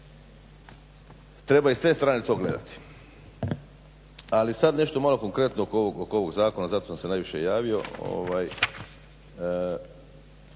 treba i s te strane to gledati. Ali sad nešto malo konkretno oko ovog zakona. Zato sam se najviše javio.